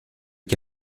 que